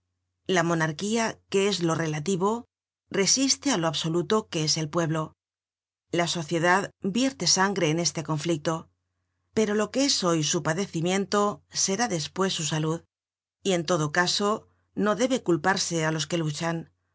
la monarquía que es lo relativo resiste á lo absoluto que es el pueblo la sociedad vierte sangre en este conflicto pero lo que es hoy su padecimiento será despues su salud y en todo caso no debe culparse á los que luchan